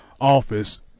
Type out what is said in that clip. office